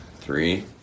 three